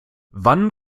wann